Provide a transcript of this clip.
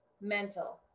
mental